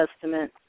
Testament